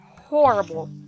horrible